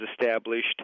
established